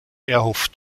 erhofft